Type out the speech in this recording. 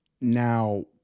Now